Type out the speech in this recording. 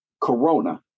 corona